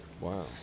Wow